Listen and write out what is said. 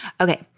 Okay